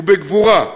ובגבורה.